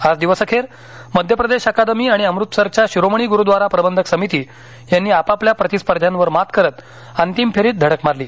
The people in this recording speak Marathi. आज दिवसअखेर मध्य प्रदेश अकादमी आणि अमृतसरच्या शिरोमणी गुरुद्वारा प्रबंधक समिती यांनी आपापल्या प्रतिस्पर्ध्यावर मात करत अंतिम फेरीत धडक मारली